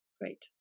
great